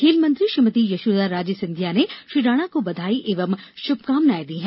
खेल मंत्री श्रीमती यशोधरा राजे सिंधिया ने श्री राणा को बधाई एवं शमकामनाएँ दी है